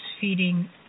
feeding